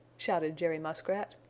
shouted jerry muskrat,